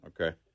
okay